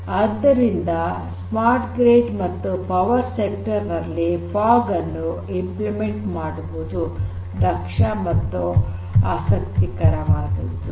ಆದ್ದರಿಂದ smart grid ಮತ್ತು power sector ನಲ್ಲಿ ಫಾಗ್ ಅನ್ನು ಕಾರ್ಯಗತಗೊಳಿಸುವುದು ದಕ್ಷ ಮತ್ತು ಆಸಕ್ತಿಕರವಾದದ್ದು